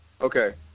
Okay